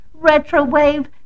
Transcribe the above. retrowave